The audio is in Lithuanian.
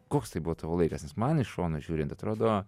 koks tai buvo tavo laikas nes man iš šono žiūrint atrodo